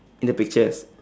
in the pictures